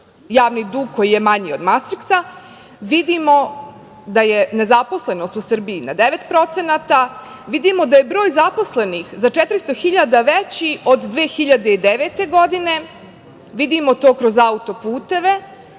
javni dug koji je manji od mastriksa, vidimo da je nezaposlenost u Srbiji na 9%, vidimo da je broj zaposlenih za 400 hiljada veći od 2009. godine, vidimo to kroz autoputeve,